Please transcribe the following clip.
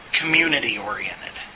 community-oriented